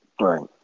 Right